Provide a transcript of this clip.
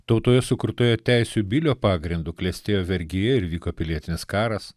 tautoje sukurtoje teisių bilio pagrindu klestėjo vergija ir vyko pilietinis karas